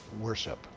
worship